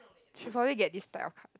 should probably get this type of cards